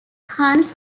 huns